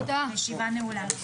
הישיבה נעולה.